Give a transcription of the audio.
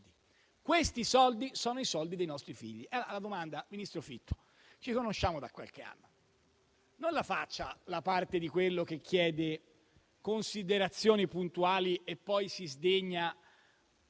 questi sono i soldi dei nostri figli. Ministro Fitto, ci conosciamo da qualche anno: non faccia la parte di quello che chiede considerazioni puntuali e poi si sdegna